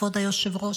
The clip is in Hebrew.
כבוד היושב-ראש,